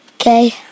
Okay